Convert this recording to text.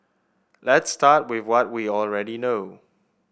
let's start with what we already know